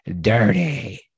DIRTY